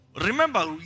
Remember